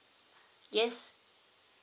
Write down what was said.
yes